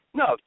no